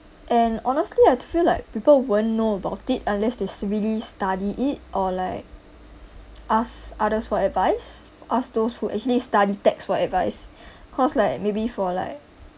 and honestly I feel like people won't know about it unless they s~ really study it or like ask others for advice ask those who actually study tax for advice because like maybe for like